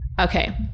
Okay